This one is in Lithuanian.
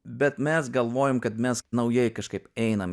bet mes galvojom kad mes naujai kažkaip einam